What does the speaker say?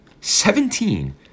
Seventeen